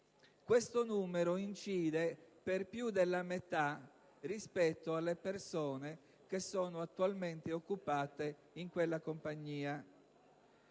tale numero incide per più della metà rispetto alle persone attualmente occupate in quella compagnia.